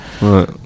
Right